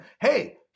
Hey